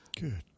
Good